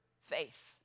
faith